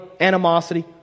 animosity